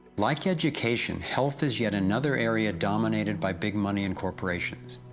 like education, health is yeah and another area dominated by big money and corporations.